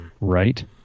right